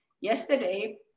yesterday